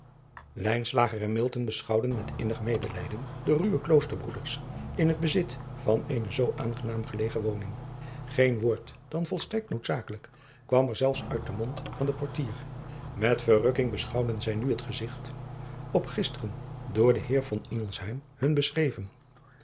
en beschouwden met een innig medelijden de ruwe kloosterbroeders in het bezit van eene zoo aangenaam gelegen woning een woord dan volstrekt noodzakelijk kwam er zelfs uit den mond van den ortier et verrukking be driaan oosjes zn et leven van aurits ijnslager schouwden zij nu het gezigt op gisteren door den eer hun beschreven